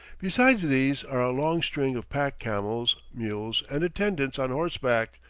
besides these are a long string of pack-camels, mules, and attendants on horseback,